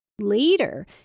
Later